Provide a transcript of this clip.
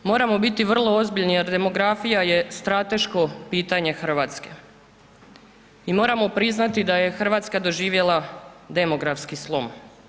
Moramo biti vrlo ozbiljni jer demografija je strateško pitanje Hrvatske i moramo priznati da je Hrvatska doživjela demografski slom.